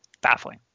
Baffling